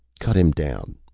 cut him down.